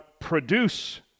produce